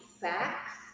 facts